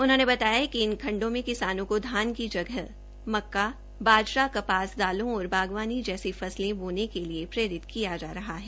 उन्होंने बताया कि इन खंडों में किसानों को धान की जगह मक्का बाजरा क ास दालों और बागवानी जैसी फसले बोने के लिए प्रेरित किया जा रहा है